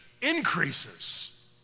increases